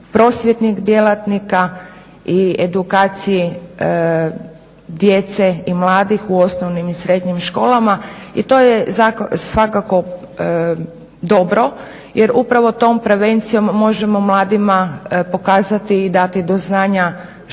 prosvjetnih djelatnika i edukaciji djece i mladih u osnovnim i srednjim školama i to je svakako dobro jer upravo tom prevencijom možemo mladima pokazati i dati do znanja što